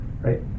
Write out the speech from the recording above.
right